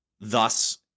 Thus